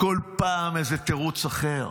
כל פעם באיזה תירוץ אחר: